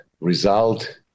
result